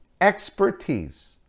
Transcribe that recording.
expertise